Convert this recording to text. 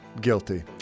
Guilty